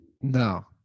No